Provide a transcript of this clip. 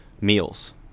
meals